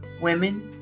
women